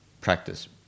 practice